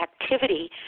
activity